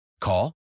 Call